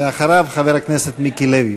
אחריו, חבר הכנסת מיקי לוי.